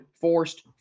forced